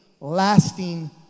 lasting